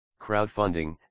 crowdfunding